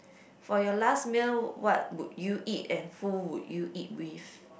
for your last meal what would you eat and who would you eat with